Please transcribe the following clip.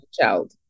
child